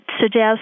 suggest